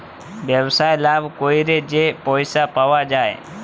ব্যবসায় লাভ ক্যইরে যে পইসা পাউয়া যায়